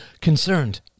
concerned